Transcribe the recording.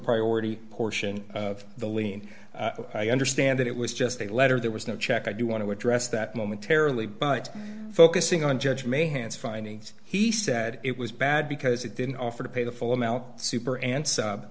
priority portion of the lien i understand it was just a letter there was no check i do want to address that momentarily but focusing on judge may hands findings he said it was bad because it didn't offer to pay the full amount super an